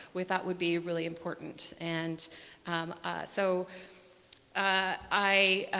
we thought would be really important. and so i